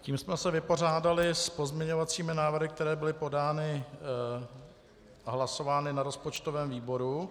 Tím jsme se vypořádali s pozměňovacími návrhy, které byly podány a hlasovány na rozpočtovém výboru.